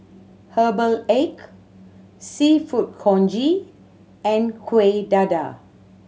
herbal egg Seafood Congee and Kueh Dadar